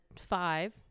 five